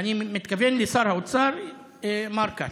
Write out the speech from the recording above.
אני מתכוון לשר האוצר מר כץ,